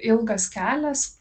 ilgas kelias